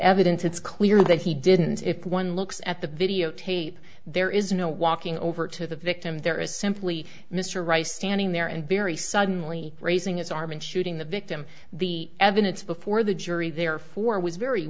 evidence it's clear that he didn't if one looks at the videotape there is no walking over to the victim there is simply mr rice standing there and very suddenly raising his arm and shooting the victim the evidence before the jury therefore was very